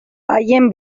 haien